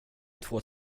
två